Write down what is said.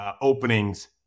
openings